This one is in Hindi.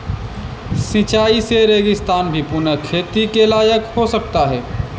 सिंचाई से रेगिस्तान भी पुनः खेती के लायक हो सकता है